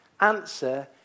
answer